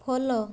follow